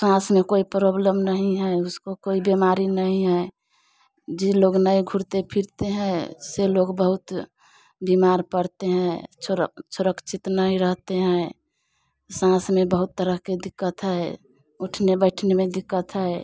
साँस में कोई परोब्लम नहीं है उसको कोई बीमारी नहीं है जे लोग नहीं घूमते फिरते हैं से लोग बहुत बीमार पड़ते हैं सुरक सुरक्षित नहीं रहते हैं साँस में बहुत तरह की दिक्कत है उठने बैठने में दिक्कत है